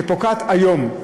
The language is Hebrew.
שפוקעת היום,